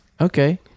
Okay